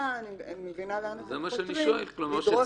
הצדקה אני מבינה לאן אתם חותרים לדרוש